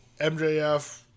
MJF